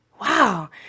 wow